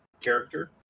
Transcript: character